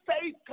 faith